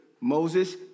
Moses